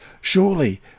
Surely